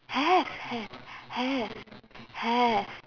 have have have have